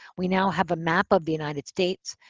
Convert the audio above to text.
we now have a map of the united states.